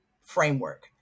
framework